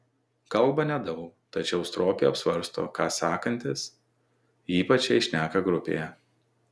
kalba nedaug tačiau stropiai apsvarsto ką sakantis ypač jei šneka grupėje